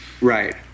Right